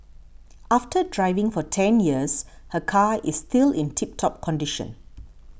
after driving for ten years her car is still in tip top condition